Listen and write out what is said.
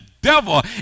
Devil